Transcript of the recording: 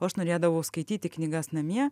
o aš norėdavau skaityti knygas namie